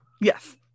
Yes